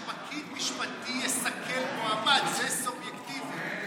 שפקיד משפטי יסכל מועמד, זה סובייקטיבי.